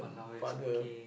father